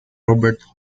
robert